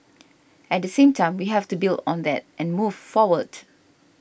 at the same time we have to build on that and move forward